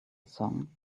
song